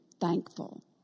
thankful